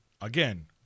again